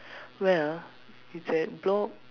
where ah it's at block